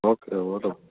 okay વાંધો નહીં